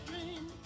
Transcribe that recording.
dream